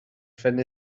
phen